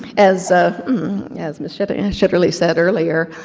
as ah as miss shetterly and shetterly said earlier,